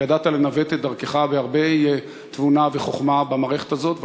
וידעת לנווט את דרכך בהרבה תבונה וחוכמה במערכת הזאת,